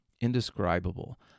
indescribable